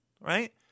Right